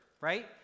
right